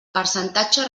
percentatge